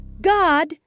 God